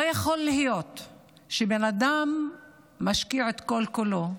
לא יכול להיות שבן אדם משקיע את כל-כולו,